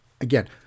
Again